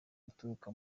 uturuka